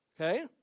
Okay